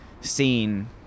scene